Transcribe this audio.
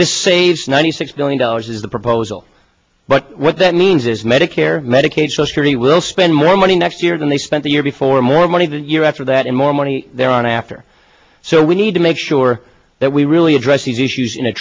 this saves ninety six billion dollars is the proposal but what that means is medicare medicaid so sure he will spend more money next year than they spent the year before more money the year after that and more money there are after so we need to make sure that we really address these issues in a